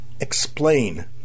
explain